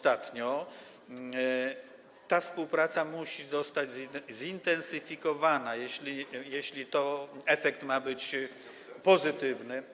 Ta współpraca musi zostać zintensyfikowana, jeśli efekt ma być pozytywny.